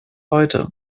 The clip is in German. heute